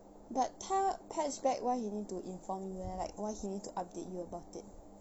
but 他 patch back why he need to inform you leh like why he need to update you about it